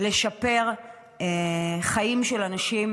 לשפר חיים של אנשים